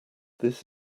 this